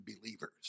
believers